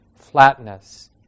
flatness